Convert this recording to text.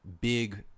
big